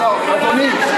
אתה מהלך אימים על,